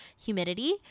Humidity